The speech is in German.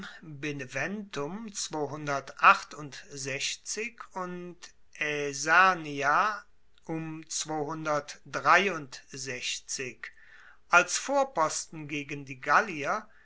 beneventum und aesernia als vorposten gegen die gallier